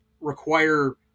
require